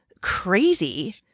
crazy